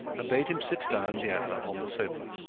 and bade him sit down near her on the sofa.